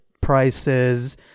prices